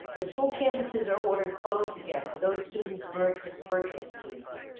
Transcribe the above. if school campuses are ordered closed again, will those students merge with virtual students,